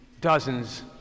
dozens